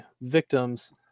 victims